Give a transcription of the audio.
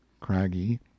Craggy